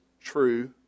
true